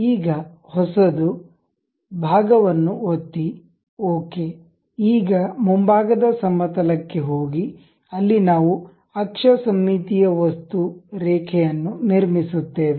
ಈಗ ಹೊಸದು ಭಾಗವನ್ನು ಒತ್ತಿಓಕೆ ಈಗ ಮುಂಭಾಗದ ಸಮತಲ ಕ್ಕೆ ಹೋಗಿ ಅಲ್ಲಿ ನಾವು ಅಕ್ಷ ಸಮ್ಮಿತೀಯ ವಸ್ತು ರೇಖೆಯನ್ನು ನಿರ್ಮಿಸುತ್ತೇವೆ